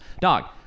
Dog